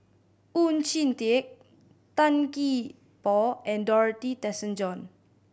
Oon Jin Teik Tan Gee Paw and Dorothy Tessensohn